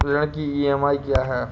ऋण की ई.एम.आई क्या है?